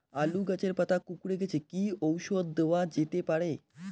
আলু গাছের পাতা কুকরে গেছে কি ঔষধ দেওয়া যেতে পারে?